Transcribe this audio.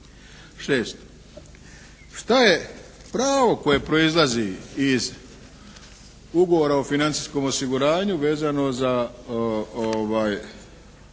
Šesto. Šta je pravo koje proizlazi iz Ugovora o financijskom osiguranju vezano za